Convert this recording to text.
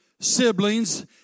Siblings